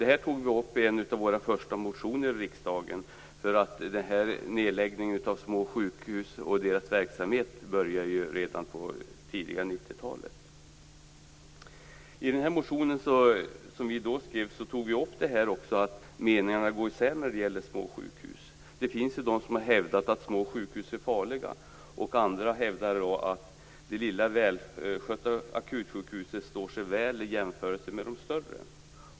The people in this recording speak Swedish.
Det här tog vi upp i en av våra första motioner i riksdagen, för nedläggningen av små sjukhus och deras verksamhet började ju redan på det tidiga I motionen som vi då skrev tog vi också upp att meningarna går isär när det gäller småsjukhus. Det finns de som har hävdat att små sjukhus är farliga. Andra hävdar att det lilla välskötta akutsjukhuset står sig väl i jämförelse med de större.